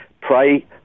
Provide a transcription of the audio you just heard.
Pray